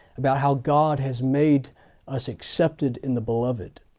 about how god has made us accepted in the beloved.